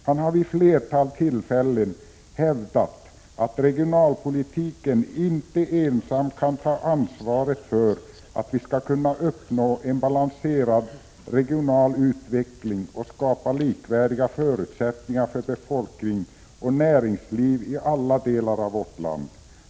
Han har vid ett flertal tillfällen hävdat att regionalpolitiken inte ensam kan ta ansvaret för att vi skall kunna uppnå en balanserad regional utveckling och skapa likvärdiga förutsättningar för befolkning och näringsliv i alla delar av vårt land.